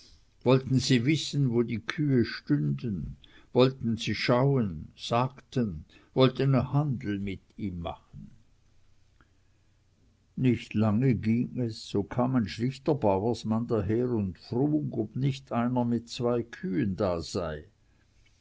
wollten sie wissen wo die kühe stünden wollten sie schauen sagten wollten e handel mit ihm machen nicht lange ging es so kam ein schlichter bauersmann daher und frug ob nicht einer mit zwei kühen da sei